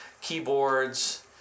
keyboards